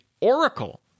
Oracle